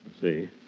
See